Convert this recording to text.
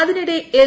അതിനിടെ എൽ